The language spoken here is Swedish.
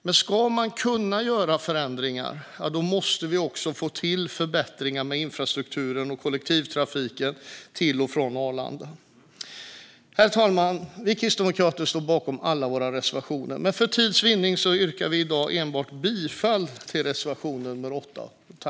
För att kunna göra förändringar måste vi få till förbättringar av infrastrukturen och kollektivtrafiken till och från Arlanda. Herr talman! Vi kristdemokrater står bakom alla våra reservationer, men för tids vinnande yrkar vi i dag bifall endast till reservation nummer 8.